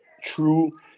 true